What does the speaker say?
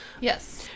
Yes